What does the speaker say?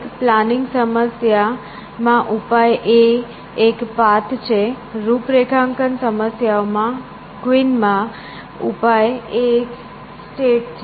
એક પ્લાનિંગ સમસ્યા માં ઉપાય એ એક પાથ છે રૂપરેખાંકન સમસ્યાઓ કવિનમાં ઉપાય એ એક સ્ટેટ છે